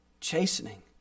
chastening